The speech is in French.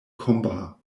combat